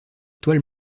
toile